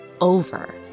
over